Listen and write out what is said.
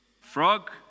Frog